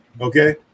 Okay